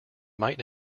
might